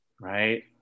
right